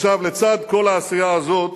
עכשיו, לצד כל העשייה הזאת,